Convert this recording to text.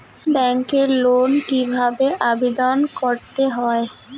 ব্যাংকে লোন কিভাবে আবেদন করতে হয়?